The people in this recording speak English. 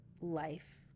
life